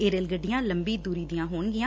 ਇਹ ਰੇਲ ਗੱਡੀਆਂ ਲੰਬੀ ਦੁਰੀ ਦੀਆਂ ਹੋਣਗੀਆਂ